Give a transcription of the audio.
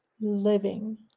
Living